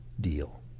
deal